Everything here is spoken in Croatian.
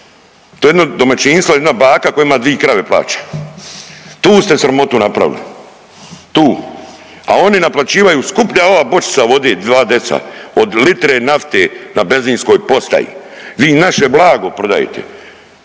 to jedno domaćinstvo, jedna baka koja ima dvi krave plaća. Tu ste sramotu napravili tu, a oni naplaćivaju, skuplja je ova bočica vode od 2 deca od litre nafte na benzinskoj postaji, vi naše blago prodajete.